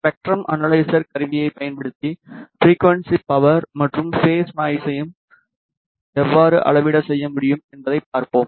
spectrum analyser கருவியைப் பயன்படுத்தி frequency power மற்றும் பேஸ் நாய்ஸையும் எவ்வாறு அளவீடு செய்ய முடியும் என்பதைப் பார்ப்போம்